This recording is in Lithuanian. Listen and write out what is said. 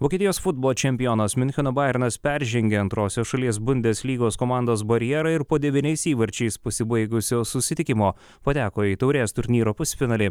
vokietijos futbolo čempionas miuncheno bajernas peržengė antrosios šalies bundes lygos komandos barjerą ir po devyniais įvarčiais pasibaigusio susitikimo pateko į taurės turnyro pusfinalį